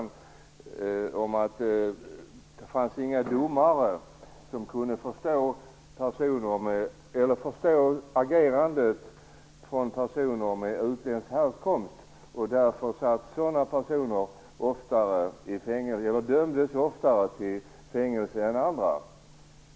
Det sades att det inte fanns några domare som kunde förstå agerande från personer med utländsk härkomst, och därför dömdes sådana personer oftare till fängelse än andra.